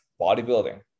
bodybuilding